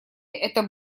это